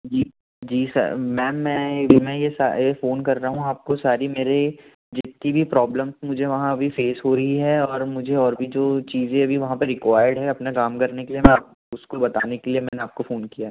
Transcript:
जी जी sir ma'am मैं मैं ये सारे फ़ोन कर रहा हूँ आपको सारी मेरे जितनी भी प्रॉब्लम्स मुझे वहाँ अभी फ़ेस हो रही है और मुझे और भी जो चीज़े अभी वहाँ पर रिक्वायर्ड है अपना काम करने के लिए मैं उसको बताने के लिए मैंने आपको फ़ोन किया है